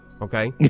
Okay